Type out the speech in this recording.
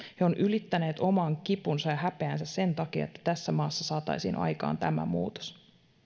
he ovat ylittäneet oman kipunsa ja häpeänsä sen takia että tässä maassa saataisiin aikaan tämä muutos